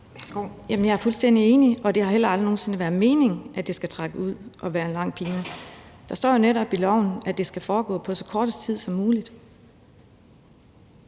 jeg er fuldstændig enig. Og det har heller aldrig nogen sinde været meningen, at det skulle trække ud og være en lang pine. Der står netop i loven, at det skal foregå på så kort tid som muligt.